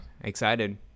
excited